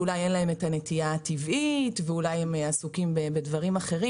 אולי אין להם את הנטייה הטבעית ואולי הם עסוקים בדברים אחרים,